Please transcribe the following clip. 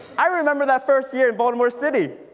i remember that first year in baltimore city.